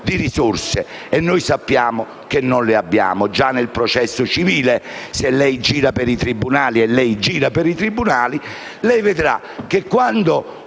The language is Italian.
di risorse, e noi sappiamo che non le abbiamo. Già nel processo civile, se lei gira per i tribunali - e lei lo fa - vedrà che quando